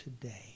today